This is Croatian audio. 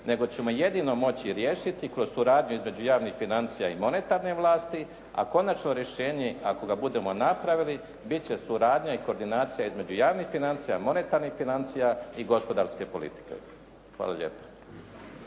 nego ćemo jedino moći riješiti kroz suradnju između javnih financija i monetarne vlasti. A konačno rješenje ako ga budemo napravili bit će suradnja i koordinacija između javnih financija, monetarnih financija i gospodarske politike. Hvala lijepa.